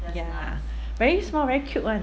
ya every small very cute [one]